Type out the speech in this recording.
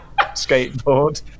skateboard